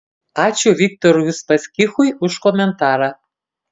ačiū viktorui uspaskichui už komentarą